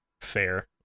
fair